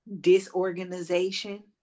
disorganization